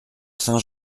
saint